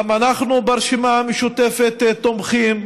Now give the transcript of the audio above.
גם אנחנו ברשימה המשותפת תומכים.